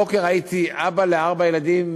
הבוקר הייתי אבא לארבעה ילדים,